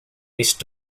least